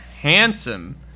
handsome